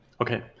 Okay